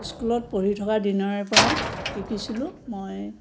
স্কুলত পঢ়ি থকা দিনৰে পৰা শিকিছিলোঁ মই